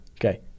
Okay